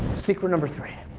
secret number three